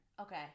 Okay